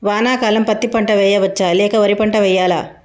వానాకాలం పత్తి పంట వేయవచ్చ లేక వరి పంట వేయాలా?